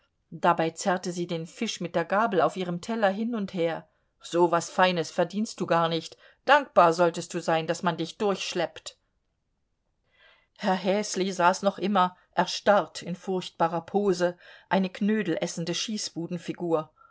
dabei zerrte sie den fisch mit der gabel auf ihrem teller hin und her so was feines verdienst du gar nicht dankbar solltest du sein daß man dich durchschleppt herr häsli saß noch immer erstarrt in furchtbarer pose eine